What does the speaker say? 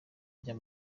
ajya